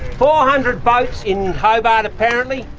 four hundred boats in hobart apparently,